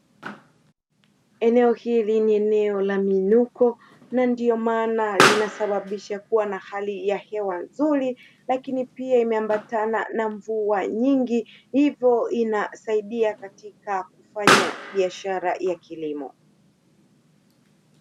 Eneo hili ni eneo la miinuko na ndio maana linasababisha kuwa na hali ya hewa nzuri lakini pia imeambatana na mvua nyingi hivyo inasaidia katika kufanya biashara ya kilimo.